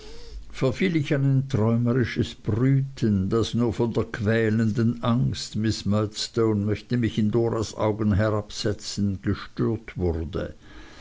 verfiel ich in ein träumerisches brüten das nur von der quälenden angst miß murdstone möchte mich in doras augen herabsetzen gestört wurde